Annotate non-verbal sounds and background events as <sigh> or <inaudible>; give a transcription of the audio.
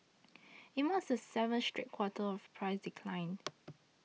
it marked the seventh straight quarter of price decline <noise>